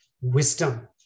wisdom